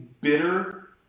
bitter